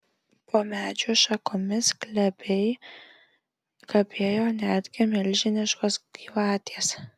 po medžių šakomis glebiai kabėjo netgi milžiniškos gyvatės